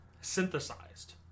synthesized